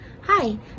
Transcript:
Hi